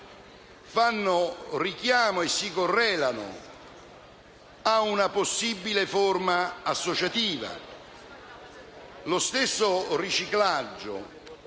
fanno richiamo e si correlano ad una possibile forma associativa. È chiaro che lo